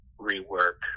rework